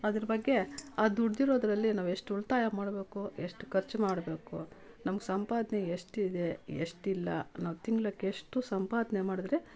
ಅದ್ರ ಬಗ್ಗೆ ಆ ದುಡಿದಿರೋದ್ರಲ್ಲಿ ನಾವು ಎಷ್ಟು ಉಳಿತಾಯ ಮಾಡಬೇಕು ಎಷ್ಟು ಖರ್ಚು ಮಾಡಬೇಕು ನಮ್ಮ ಸಂಪಾದನೆ ಎಷ್ಟಿದೆ ಎಷ್ಟಿಲ್ಲ ನಾವು ತಿಂಗ್ಳಿಗೆಷ್ಟು ಸಂಪಾದನೆ ಮಾಡಿದರೆ